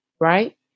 right